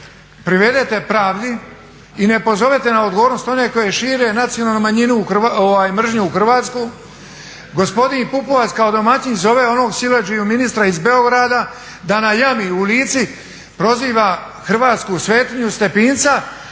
privedete pravdi i ne pozovete na odgovornost one koji šire mržnju u Hrvatskoj. Gospodin Pupovac kao domaćin zove onog siledžiju ministra iz Beograda da na jami u Lici proziva hrvatsku svetinju Stepinca